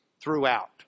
throughout